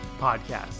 podcast